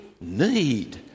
need